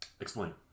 Explain